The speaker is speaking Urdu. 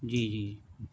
جی جی